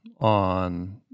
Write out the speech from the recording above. on